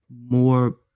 more